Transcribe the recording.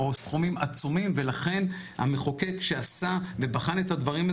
או סכומים עצומים ולכן המחוקק שעשה ובחן את הדברים,